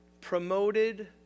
promoted